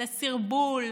הסרבול,